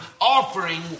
offering